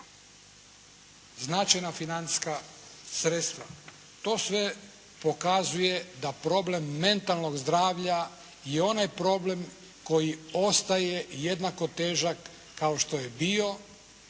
Značajna financijska sredstva. To sve pokazuje da problem mentalnog zdravlja je onaj problem koji ostaje jednako težak kao što je bio.